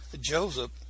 Joseph